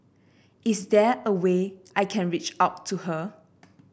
is there a way I can reach out to her